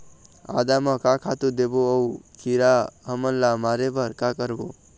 आदा म का खातू देबो अऊ कीरा हमन ला मारे बर का करबो?